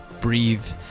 breathe